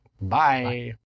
Bye